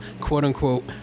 quote-unquote